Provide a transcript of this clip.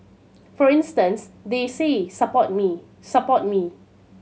for instance they say Support me support me